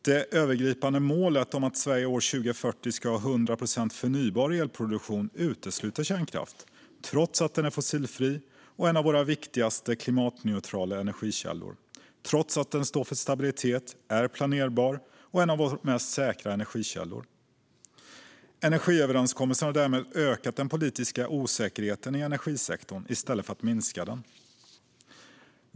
Det övergripande målet om att Sverige år 2040 ska ha 100 procent förnybar elproduktion utesluter kärnkraft, trots att den är fossilfri och en av våra viktigaste klimatneutrala energikällor och trots att den står för stabilitet, är planerbar och är en av de mest säkra energikällorna. Energiöverenskommelsen har därmed ökat den politiska osäkerheten i energisektorn i stället för att minska den.